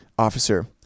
Officer